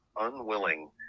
unwilling